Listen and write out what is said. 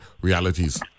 realities